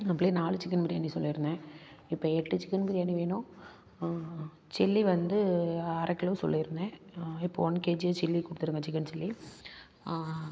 அப்பவே நாலு சிக்கன் பிரியாணி சொல்லியிருந்தேன் இப்போ எட்டு சிக்கன் பிரியாணி வேணும் சில்லி வந்து அரை கிலோ சொல்லியிருந்தேன் இப்போது ஒன் கேஜி சில்லி கொடுத்துடுங்க சிக்கன் சில்லி